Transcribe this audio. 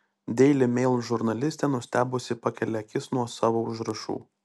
daily mail žurnalistė nustebusi pakelia akis nuo savo užrašų